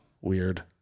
weird